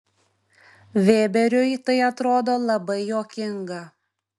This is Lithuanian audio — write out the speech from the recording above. vėberiui tai atrodo labai juokinga